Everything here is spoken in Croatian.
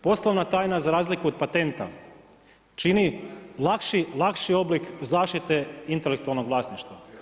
Poslovna tajna za razliku od patenta čini lakši oblik zaštite intelektualnog vlasništva.